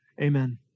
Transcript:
Amen